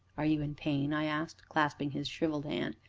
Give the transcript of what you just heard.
are you in pain? i asked, clasping his shrivelled hand.